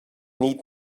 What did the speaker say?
need